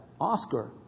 Oscar